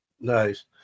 nice